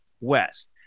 west